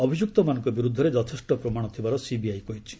ଅଭିଯୁକ୍ତମାନଙ୍କ ବିରୁଦ୍ଧରେ ଯଥେଷ୍ଟ ପ୍ରମାଣ ଥିବାର ସିବିଆଇ କହିଛି